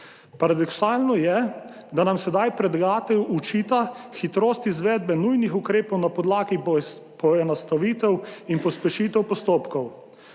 Paradoksalno je, da nam sedaj predlagatelj očita hitrost izvedbe nujnih ukrepov na podlagi poenostavitev in pospešitev postopkov;